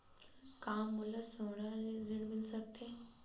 का मोला सोना ले ऋण मिल सकथे?